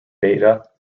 beta